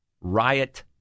riot